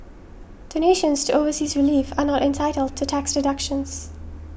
donations to overseas relief are not entitled to tax deductions